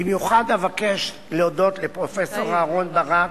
במיוחד אבקש להודות לפרופסור אהרן ברק,